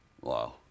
Wow